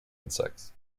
insects